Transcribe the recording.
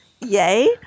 Yay